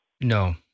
No